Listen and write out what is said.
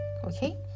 Okay